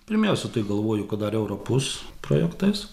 pirmiausia tai galvoju kad dar europos projektais